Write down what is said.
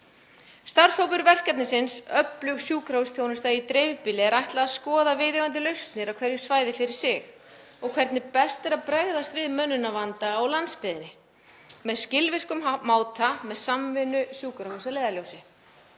Starfshópi verkefnisins Öflug sjúkrahúsþjónusta í dreifbýli er ætlað að skoða viðeigandi lausnir á hverju svæði fyrir sig og hvernig best er að bregðast við mönnunarvanda á landsbyggðinni með skilvirkum máta, með samvinnu sjúkrahúsa að leiðarljósi.